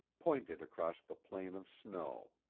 pointed across the plain of snow.